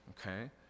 Okay